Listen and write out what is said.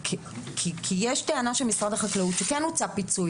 יש טענה של משרד החקלאות שכן הוצע פיצוי